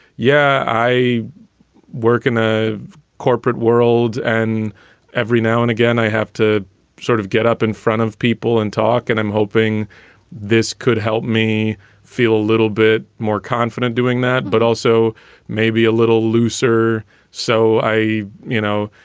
yeah, i work in ah the corporate world. and every now and again, i have to sort of get up in front of people and talk. and i'm hoping this could help me feel a little bit more confident doing that, but also maybe a little looser so i you know,